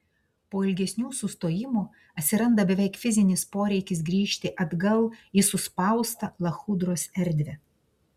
po ilgesnių sustojimų atsiranda beveik fizinis poreikis grįžti atgal į suspaustą lachudros erdvę